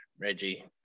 Reggie